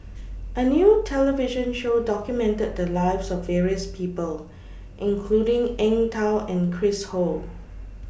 A New television Show documented The Lives of various People including Eng Tow and Chris Ho